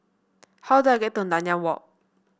how do I get to Nanyang Walk